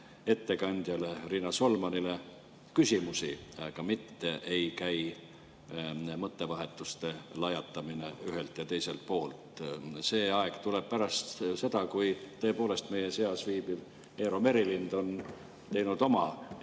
ettekandjale Riina Solmanile küsimusi, mitte ei käi arvamuste lajatamine ühelt ja teiselt poolt. See aeg tuleb pärast seda, kui tõepoolest meie seas viibiv Eero Merilind on teinud oma